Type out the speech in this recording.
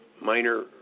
minor